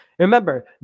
Remember